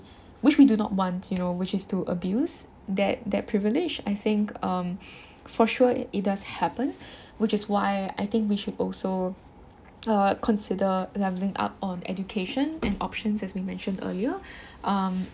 which we do not want you know which is to abuse that that privilege I think um for sure it does happen which is why I think we should also uh consider leveling up on education and options as we mentioned earlier um